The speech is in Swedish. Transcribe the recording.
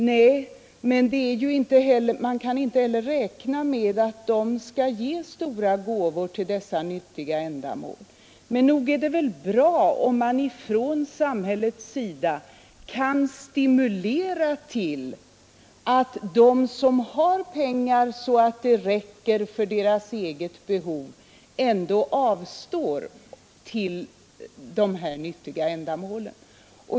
Nej, men man kan inte heller räkna med att de skall ge stora gåvor till dessa nyttiga ändamål. Nog vore det väl bra om samhället kunde stimulera till att de som har pengar så att Nr 106 det räcker för deras eget behov och får något över ändå kunde avstå till s Onsdagen den dessa nyttiga ändamål.